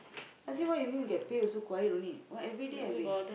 I say what you mean get pay also quiet only what everyday I've been